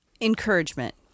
Encouragement